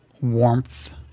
warmth